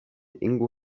ingo